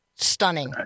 Stunning